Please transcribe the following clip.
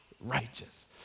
righteous